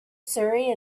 surrey